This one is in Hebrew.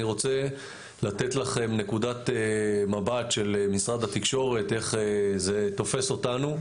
אני רוצה לתת לכם נקודת מבט של משרד התקשורת איך זה תופס אותנו,